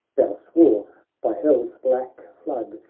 thou swore by hell's black flood,